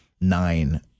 nine